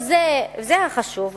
וזה החשוב,